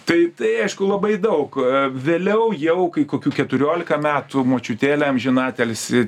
tai tai aišku labai daug vėliau jau kai kokių keturiolika metų močiutėlė amžinatilsį